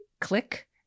click